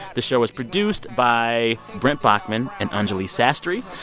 the show was produced by brent baughman and anjuli sastry.